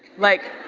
like,